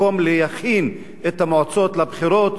במקום להכין את המועצות לבחירות,